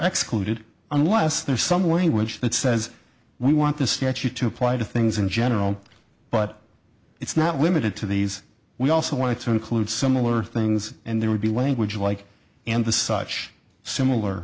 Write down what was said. excluded unless there's some language that says we want this statute to apply to things in general but it's not limited to these we also wanted to include similar things and there would be language like and the such similar